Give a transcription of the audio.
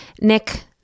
Nick